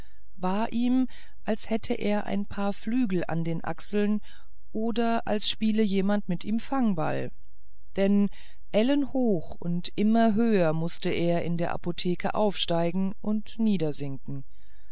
war ihm als hätte er ein paar flügel an den achseln oder als spiele jemand mit ihm fangball denn ellenhoch und immer höher mußte er in der apotheke aufsteigen und